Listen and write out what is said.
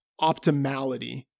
optimality